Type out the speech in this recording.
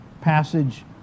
passage